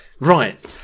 right